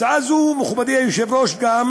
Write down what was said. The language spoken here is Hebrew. הצעה זו, מכובדי היושב-ראש, גם